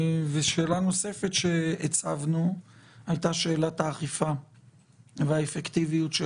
ושאלה נוספת שהצבנו הייתה שאלת האכיפה והאפקטיביות של